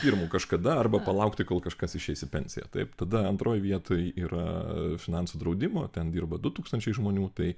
pirmu kažkada arba palaukti kol kažkas išeis į pensiją taip tada antroj vietoj yra finansų draudimo ten dirba du tūkstančiai žmonių tai